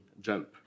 jump